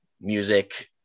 music